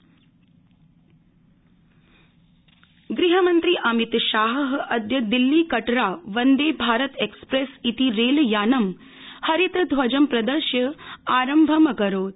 वंदे भारत अमितशाह गृहमन्त्री अमितशाह अद्य दिल्ली कटरा वन्दे भारत एक्सप्रेस इति रेलयानं हरित ध्वजं प्रदर्श्य प्रारम्भं अकरोत्